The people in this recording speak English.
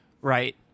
Right